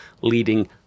leading